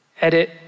edit